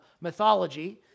mythology